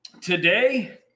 today